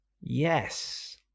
Yes